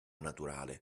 naturale